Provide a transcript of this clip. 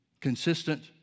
consistent